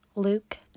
Luke